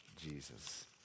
Jesus